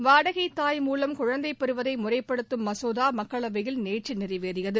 வாடகைத்தாய் மூலம் குழந்தைப் பெறுவதை முறைப்படுத்தும் மசோதா மக்களவையில் நேற்று நிறைவேறியது